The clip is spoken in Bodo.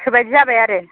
गोसोबायदि जाबाय आरो